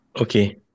Okay